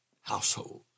household